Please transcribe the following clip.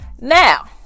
Now